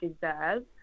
deserve